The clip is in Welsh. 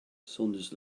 saunders